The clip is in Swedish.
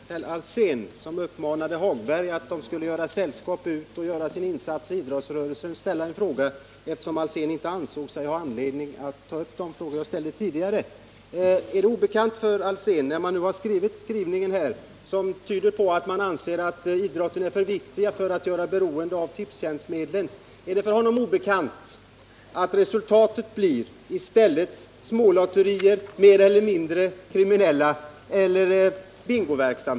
Herr talman! Låt mig till Hans Alsén, som uppmanade Lars-Ove Hagberg att tillsammans med honom gå ut och göra en insats i idrottsrörelsen, rikta en fråga, eftersom Hans Alsén inte ansåg sig ha anledning att ta upp de frågor som jag tidigare ställde. Mot bakgrund av den skrivning som tyder på att man anser att idrotten är alltför viktig för att göras beroende av Tipstjänstmedel undrar jag om det är obekant för Hans Alsén att resultatet i stället blir smålotterier — mer eller mindre kriminella — eller bingoverksamhet.